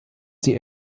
sie